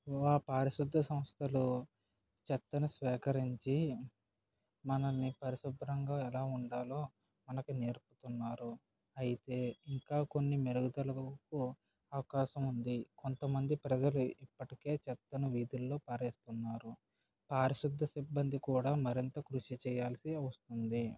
వారి పారిశుద్ధ సంస్థలు చెత్తను స్వీకరించి మనల్ని పరిశుభ్రంగా ఎలా ఉండాలో మనకి నేర్పుతున్నారు అయితే ఇంకా కొన్ని మెరుగుదలకు అవకాశం ఉంది కొంతమంది ప్రజలు ఇప్పటికే చెత్తను వీధుల్లో పారేస్తున్నారు పారిశుద్ధ సిబ్బంది కూడా మరింత కృషి చేయాల్సి వస్తుంది